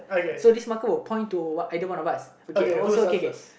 so this marker will point to either one of us oh so K K